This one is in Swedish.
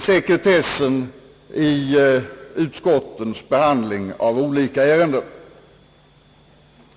sekretessen i utskottens behandling av olika ärenden.